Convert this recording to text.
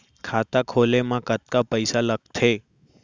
खाता खोले मा कतका पइसा लागथे?